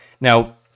Now